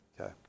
Okay